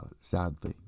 sadly